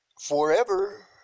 forever